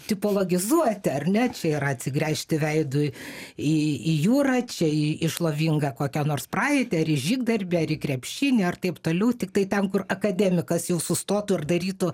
tipologizuoti ar ne čia yra atsigręžti veidu į į jūrą čia į į šlovingą kokią nors praeitį ar žygdarbį ar į krepšinį ar taip toliau tiktai ten kur akademikas jau sustotų ir darytų